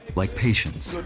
like patience,